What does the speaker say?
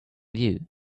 view